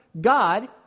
God